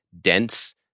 dense